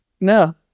No